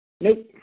Nope